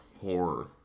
horror